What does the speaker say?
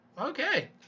Okay